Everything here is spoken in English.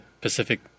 Pacific